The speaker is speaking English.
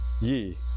ye